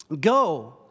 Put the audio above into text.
go